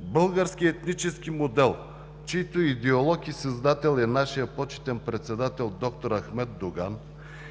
Българският етнически модел, чийто идеолог и създател е нашият почетен председател д-р Ахмед Доган,